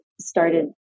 started